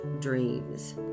dreams